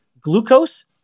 glucose